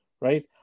right